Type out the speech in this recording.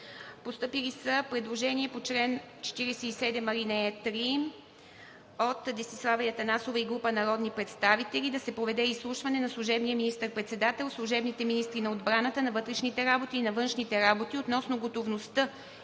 Постъпили са предложения по чл. 47, ал. 3 от Десислава Атанасова и група народни представители да се проведе изслушване на служебния министър-председател, служебните министри на отбраната, на вътрешните работи и на външните работи относно готовността